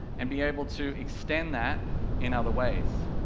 and be able to extend that in other ways.